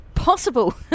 possible